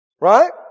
Right